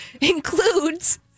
includes